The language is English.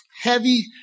heavy